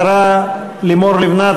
השרה לימור לבנת,